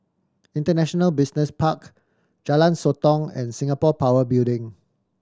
International Business Park Jalan Sotong and Singapore Power Building